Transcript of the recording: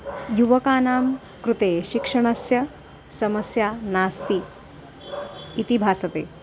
युवकानां कृते शिक्षणस्य समस्या नास्ति इति भासते